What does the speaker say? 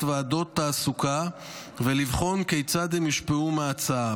ועדות תעסוקה ולבחון כיצד הן יושפעו מההצעה.